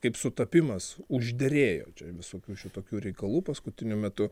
kaip sutapimas užderėjo čia visokių tokių reikalų paskutiniu metu